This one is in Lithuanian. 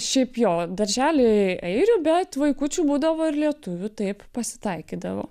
šiaip jo darželiai airių bet vaikučių būdavo ir lietuvių taip pasitaikydavo